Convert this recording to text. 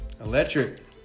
electric